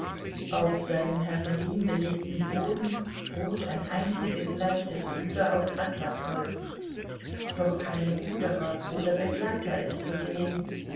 auf seinem hermelinbelegten boden ruht ein einziges leichtes ruder aus atlasholz doch kein ruderer oder begleiter ist zu sehen